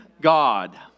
God